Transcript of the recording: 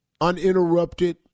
uninterrupted